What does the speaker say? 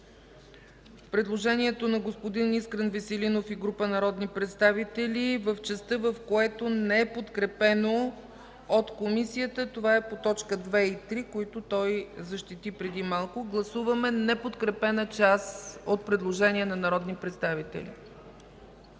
предложението на господин Искрен Веселинов и група народни представители в частта, която не е подкрепена от комисията. Това е по точки 2 и 3, които той защити преди малко. Гласуваме неподкрепена част от предложението на народните представители.